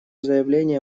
заявления